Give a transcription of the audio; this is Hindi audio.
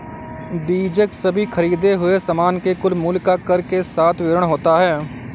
बीजक सभी खरीदें हुए सामान के कुल मूल्य का कर के साथ विवरण होता है